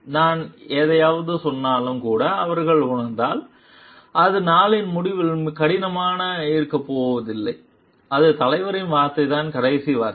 நான் எதையாவது சொன்னாலும் கூட அவர்கள் உணர்ந்தால் அது நாளின் முடிவில் கடினமாக இருக்கப் போவதில்லை அது தலைவரின் வார்த்தைதான் கடைசி வார்த்தை